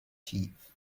chief